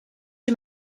you